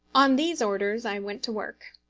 on these orders i went to work,